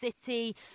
city